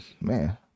man